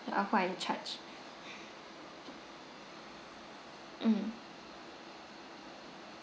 ah who are in charge mm